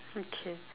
okay